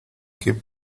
que